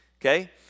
okay